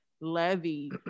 Levy